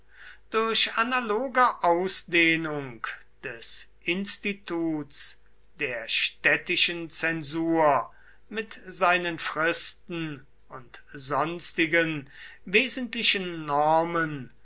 durch analoge ausdehnung des instituts der städtischen zensur mit seinen fristen und sonstigen wesentlichen normen